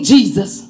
Jesus